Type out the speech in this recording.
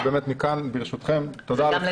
מכאן, ברשותכם, תודה רבה.